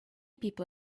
people